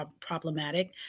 problematic